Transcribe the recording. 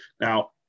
Now